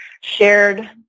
shared